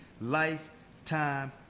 lifetime